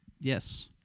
yes